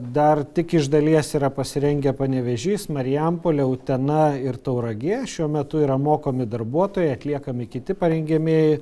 dar tik iš dalies yra pasirengę panevėžys marijampolė utena ir tauragė šiuo metu yra mokomi darbuotojai atliekami kiti parengiamieji